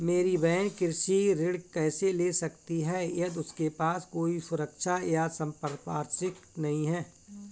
मेरी बहिन कृषि ऋण कैसे ले सकती है यदि उसके पास कोई सुरक्षा या संपार्श्विक नहीं है?